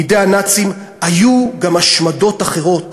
מידי הנאצים, היו גם השמדות אחרות: